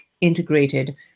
integrated